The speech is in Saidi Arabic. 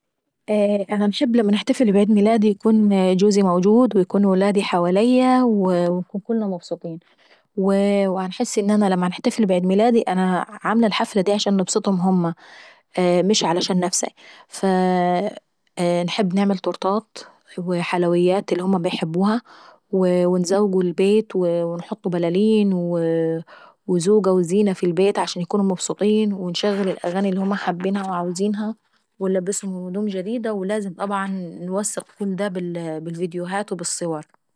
انا انحب لما نختفل بعيد ميلادي يكون جوزي موجود ويكون وادي حواليا ونكون كلنا مبسوطين.. وباحس ان انا لما باحتفل بعيد ميلادي اني عاملة الحفلة دي عشان نبسطهم هما، مش علشان نفساي. انحب نعمل طورطات ونعمل حلويات الي هما بيحبوها وانزوقوا البيت ونحطوا بلالين وزوقة وزينة في البيت عشان يكونوا مبسوطين ونشغل الاغاني اللي هما حابينها وعاوزينها. ونلبسهم هدوم جديدة ولازم طبعا انوثق دا بالفيديوهات والصور.